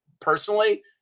personally –